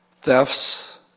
thefts